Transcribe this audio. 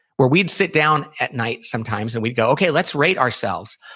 where we'd sit down at night, sometimes, and we'd go, okay, let's rate ourselves.